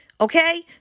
Okay